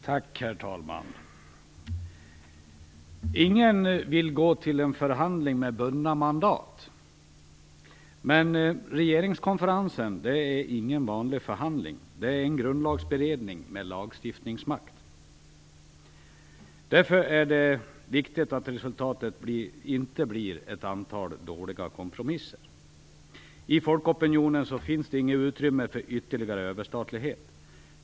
Herr talman! Ingen vill gå till en förhandling med bundet mandat. Men regeringskonferensen är ingen vanlig förhandling. Det är en grundlagsberedning med lagstiftningsmakt. Därför är det viktigt att resultatet inte blir ett antal dåliga kompromisser. I folkopinionen finns det inget utrymme för ytterligare överstatlighet.